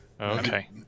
okay